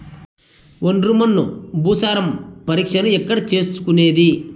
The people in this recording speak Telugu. ఒండ్రు మన్ను భూసారం పరీక్షను ఎక్కడ చేసుకునేది?